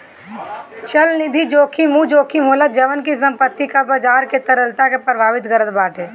चलनिधि जोखिम उ जोखिम होला जवन की संपत्ति कअ बाजार के तरलता के प्रभावित करत बाटे